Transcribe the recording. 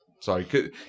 Sorry